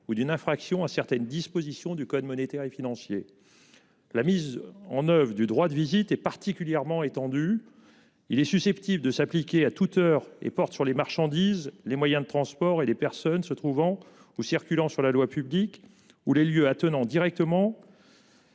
ou d'une infraction à certaines dispositions du code monétaire et financier. La mise en oeuvre du droit de visite et particulièrement étendu. Il est susceptible de s'appliquer à toute heure et porte sur les marchandises, les moyens de transport et les personnes se trouvant ou circulant sur la loi public ou les lieux attenant directement.